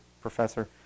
professor